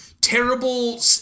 terrible